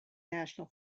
national